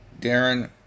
Darren